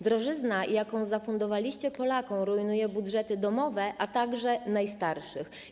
Drożyzna, jaką zafundowaliście Polakom, rujnuje budżety domowe, a także najstarszych.